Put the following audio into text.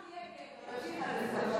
תמשיך עד הסוף.